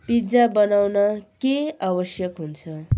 pizza बनाउन के आवश्यक हुन्छ